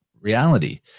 reality